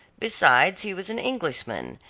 besides he was an englishman,